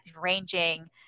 ranging